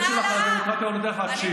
אז הלב הדמוקרטי שלך לא נותן לך להקשיב.